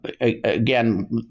again